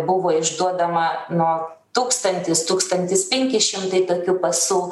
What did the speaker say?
buvo išduodama nuo tūkstantis tūkstantis penki šimtai tokių pasų